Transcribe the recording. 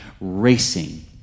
racing